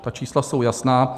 Ta čísla jsou jasná.